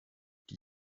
die